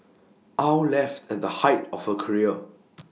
aw left at the height of her career